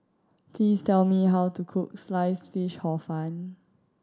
please tell me how to cook slice fish Hor Fun